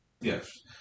Yes